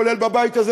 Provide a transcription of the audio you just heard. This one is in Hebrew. כולל בבית הזה,